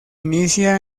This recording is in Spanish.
inicia